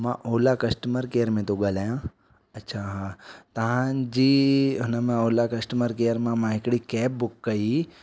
मां Ola customer care में थो ॻाल्हायां अछा हा तव्हांजी हुन मां ओला कस्टमर केयर मां मां हिकिड़ी कैब बुक कई